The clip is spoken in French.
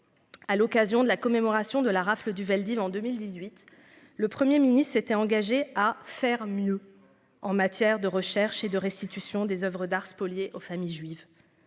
À l'occasion de la commémoration de la rafle du Vel'd'Hiv en 2018, le Premier Ministre s'était engagé à faire mieux en matière de recherche et de restitution des Oeuvres d'art spoliées aux familles juives.